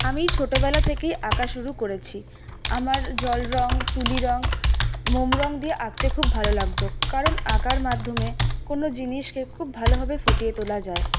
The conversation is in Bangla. আমি ছোটবেলা থেকেই আঁকা শুরু করেছি আমার জল রং তুলি রং মোম রং দিয়ে আঁকতে খুব ভালো লাগতো কারণ আঁকার মাধ্যমে কোনো জিনিসে খুব ভালোভাবে ফুটিয়ে তোলা যায়